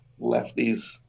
lefties